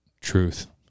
Truth